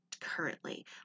currently